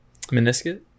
Meniscus